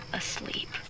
asleep